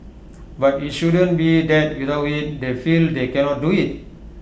but IT shouldn't be that without IT they feel they cannot do IT